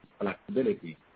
flexibility